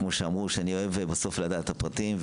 כי אני אוהב בסוף לדעת את הפרטים,